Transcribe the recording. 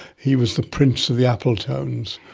he was the prince of the apple towns,